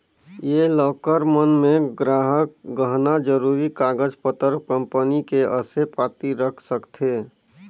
ये लॉकर मन मे गराहक गहना, जरूरी कागज पतर, कंपनी के असे पाती रख सकथें